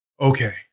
Okay